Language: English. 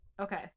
okay